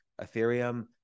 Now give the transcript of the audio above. Ethereum